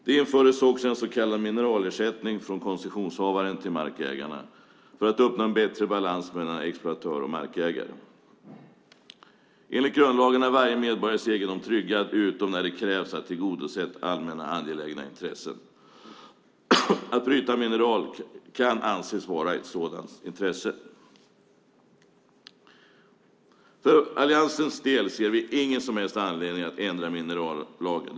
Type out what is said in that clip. Det infördes också en så kallad mineralersättning från koncessionshavaren till markägarna för att öppna för en bättre balans mellan exploatör och markägare. Enligt grundlagen är varje medborgares egendom tryggad utom när det krävs för att angelägna allmänna intressen ska tillgodoses. Att bryta mineral kan anses vara ett sådant intresse. För Alliansens del ser vi ingen som helst anledning att ändra minerallagen.